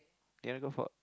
you want to go Fort